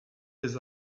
des